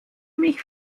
mich